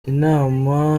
inama